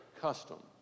custom